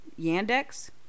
Yandex